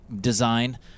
design